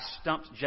stumped